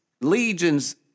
legions